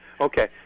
Okay